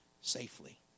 safely